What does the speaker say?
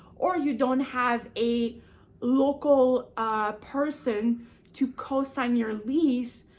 or you don't have a local ah person to co-sign your lease,